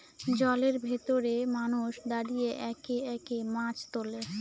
জলের ভেতরে মানুষ দাঁড়িয়ে একে একে মাছ তোলে